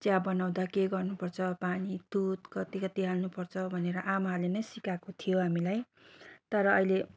चिया बनाउँदा के गर्नुपर्छ पानी दुध कति कति हाल्नुपर्छ भनेर आमाहरूले नै सिकाएको थियो हामीलाई तर अहिले